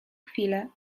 chwilę